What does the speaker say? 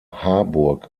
harburg